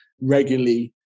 regularly